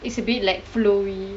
it's a bit like flowy